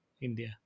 India